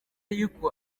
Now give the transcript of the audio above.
yuko